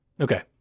Okay